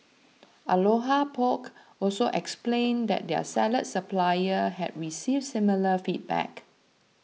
Aloha Poke also explained that their salad supplier had received similar feedback